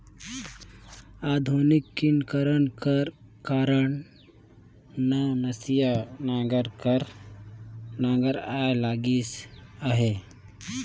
आधुनिकीकरन कर कारन नवनसिया नांगर कस नागर आए लगिस अहे